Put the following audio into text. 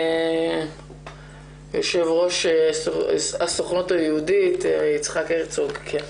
יושב ראש הסוכנות היהודית, יצחק הרצוג.